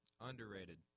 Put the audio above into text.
underrated